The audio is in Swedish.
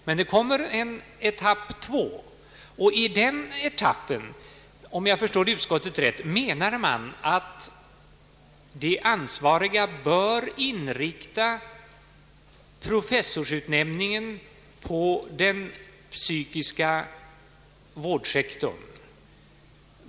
Men det kommer också en etapp 2, och i den etappen menar man — om jag förstår utskottet rätt — att de ansvariga bör inrikta professorsutnämningen på den psykiska vårdsektorn.